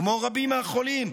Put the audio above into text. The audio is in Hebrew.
כמו רבים מהחולים.